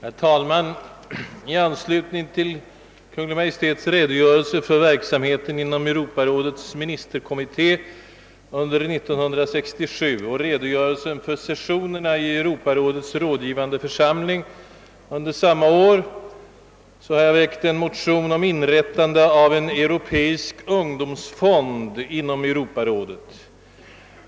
Herr talman! I anslutning till Kungl. Maj:ts redogörelse för verksamheten inom Europarådets ministerkommitté under år 1967 och redogörelsen för sessionerna i Europarådets rådgivande församling under samma år har jag väckt en motion om inrättande av en europeisk ungdomsfond inom Europarådet.